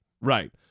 Right